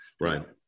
right